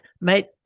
Mate